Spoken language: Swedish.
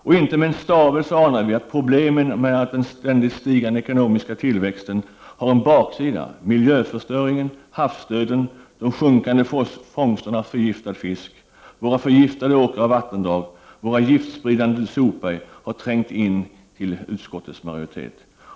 Och inte med en stavelse anar vi att problemen med den ständigt stigande ekonomiska tillväxten har en baksida — miljöförstöringen, havsdöden, de sjunkande fångsterna av förgiftad fisk, våra förgiftade åkrar och vattendrag och våra giftspridande sopberg har inte trängt in till utskottets majoritet.